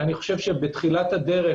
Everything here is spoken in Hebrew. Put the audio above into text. בתחילת הדרך,